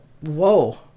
whoa